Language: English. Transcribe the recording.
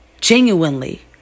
Genuinely